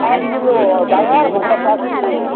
আৰু কি ল'ব ডাঙৰ ভকোৱা পাঁচ কিলো